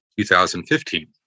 2015